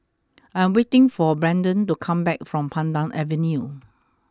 I am waiting for Braeden to come back from Pandan Avenue